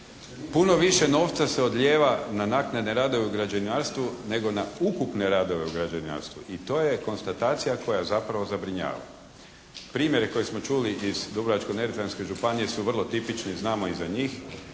Puno više novca se odlijeva na naknadne radove u građevinarstvu nego na ukupne radove u građevinarstvu i to je konstatacija koja zapravo zabrinjava. Primjere koje smo čuli iz Dubrovačko-neretvanske županije su vrlo tipični, znamo i za njih,